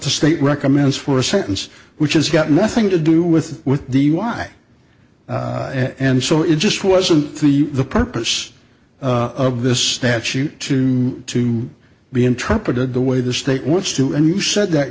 the state recommends for a sentence which has got nothing to do with with the why and so it just wasn't the purpose of this statute to to be interpreted the way the state wants to and you've said that